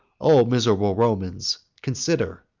o miserable romans, consider,